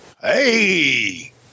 Hey